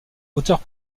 auteur